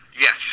Yes